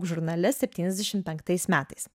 žurnale septyniasdešimt penktais metais